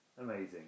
Amazing